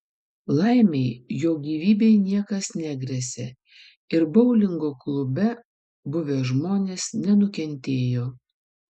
laimei jo gyvybei niekas negresia ir boulingo klube buvę žmonės nenukentėjo